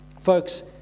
Folks